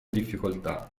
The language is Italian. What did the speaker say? difficoltà